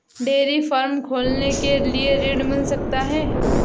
Dairy farm खोलने के लिए ऋण मिल सकता है?